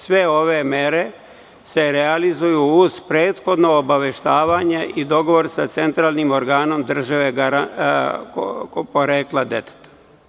Sve ove mere se realizuju uz prethodno obaveštavanje i dogovor sa centralnom organom države porekla deteta.